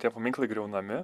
tie paminklai griaunami